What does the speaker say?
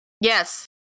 Yes